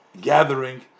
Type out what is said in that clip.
gathering